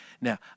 Now